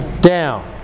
down